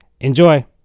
enjoy